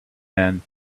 man